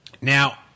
Now